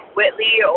Whitley